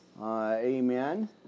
amen